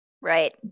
Right